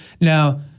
Now